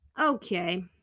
Okay